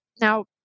Now